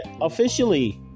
officially